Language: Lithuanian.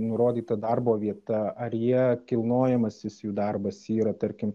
nurodyta darbo vieta ar jie kilnojamasis jų darbas yra tarkim